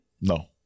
No